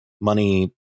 money